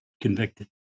convicted